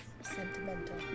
sentimental